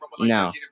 now